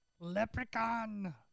leprechaun